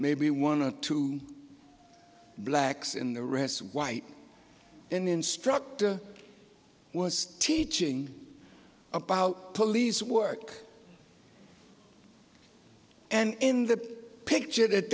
maybe one or two blacks in the rest white an instructor was teaching about police work and in the picture that